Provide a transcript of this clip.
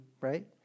right